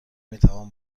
میتوان